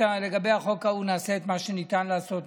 לגבי החוק ההוא נעשה את מה שניתן לעשות,